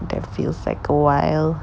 that feels like a while